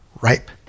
ripe